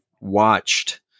watched